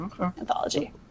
anthology